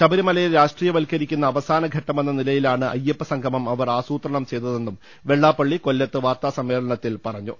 ശബരിമലയെ രാഷ്ട്രീയവൽക്കരിക്കുന്ന അവസാനഘട്ടമെന്ന നിലയിലാണ് അയ്യ പ്പസംഗമം അവർ ആസൂത്രണം ചെയ്തതെന്നും വെള്ളാപ്പള്ളി കൊല്ലത്ത് വാർത്താസമ്മേളനത്തിൽ പറഞ്ഞു